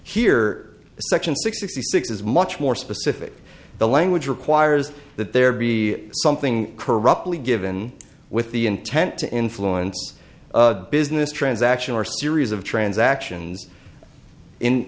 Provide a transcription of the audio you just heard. here section sixty six is much more specific the language requires that there be something corruptly given with the intent to influence business transaction or series of transactions